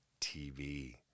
TV